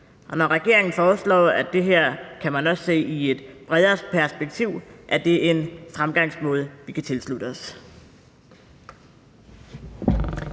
når regeringen foreslår, at det her kan man også se i et bredere perspektiv, er det en fremgangsmåde, vi kan tilslutte os.